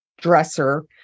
dresser